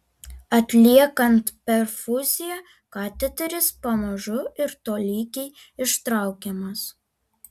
atliekant perfuziją kateteris pamažu ir tolygiai ištraukiamas